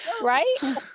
right